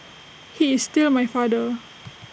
he is still my father